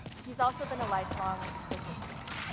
he's also been a lifelong businessman.